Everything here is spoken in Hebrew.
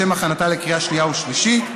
לשם הכנתה לקריאה שנייה ושלישית.